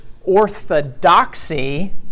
orthodoxy